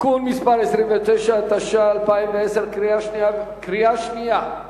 (תיקון מס' 29), התש"ע 2010, קריאה שנייה.